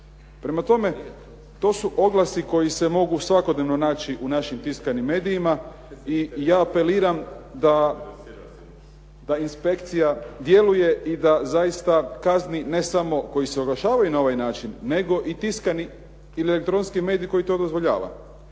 Prema tome, to su oglasi koji se mogu svakodnevno naći u našim tiskanim medijima i ja apeliram da inspekcija djeluje i da zaista kazni ne samo koji se oglašavaju na ovaj način nego i tiskani ili elektronski medij koji to dozvoljava.